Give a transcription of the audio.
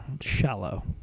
shallow